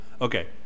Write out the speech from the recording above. Okay